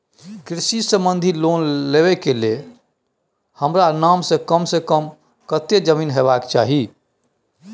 कृषि संबंधी लोन लेबै के के लेल हमरा नाम से कम से कम कत्ते जमीन होबाक चाही?